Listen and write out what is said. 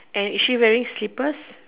and is she wearing slippers